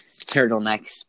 turtlenecks